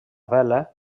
vela